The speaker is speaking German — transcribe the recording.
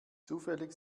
zufällig